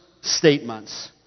statements